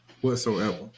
Whatsoever